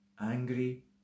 angry